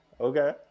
Okay